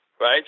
right